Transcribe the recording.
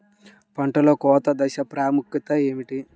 పంటలో కోత దశ ప్రాముఖ్యత ఏమిటి?